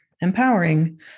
Empowering